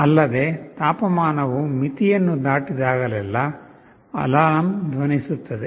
ಅಲ್ಲದೆ ತಾಪಮಾನವು ಮಿತಿಯನ್ನು ದಾಟಿದಾಗಲೆಲ್ಲಾ ಅಲಾರ್ಮ್ ಧ್ವನಿಸುತ್ತದೆ